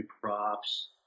props